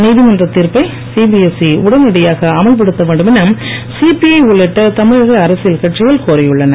நீதிமன்ற திர்ப்பை சிபிஎஸ்இ உடனடியாக அமல்படுத்த வேண்டும் என சிபிஐ உள்ளிட்ட தமிழக அரசியல் கட்சிகள் கோரியுள்ளன